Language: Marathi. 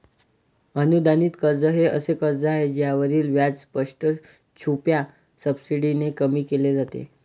अनुदानित कर्ज हे असे कर्ज आहे ज्यावरील व्याज स्पष्ट, छुप्या सबसिडीने कमी केले जाते